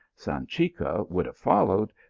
sanchica would have followed,